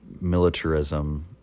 militarism